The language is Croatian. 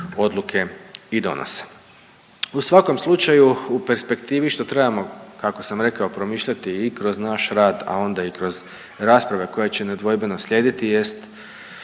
odluke i donose. U svakom slučaju u perspektivi što trebamo, kako sam rekao, promišljati i kroz naš rad, a onda i kroz rasprave koje će nedvojbeno slijediti jest